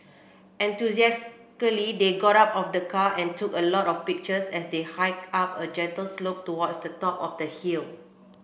enthusiastically they got out of the car and took a lot of pictures as they hiked up a gentle slope towards the top of the hill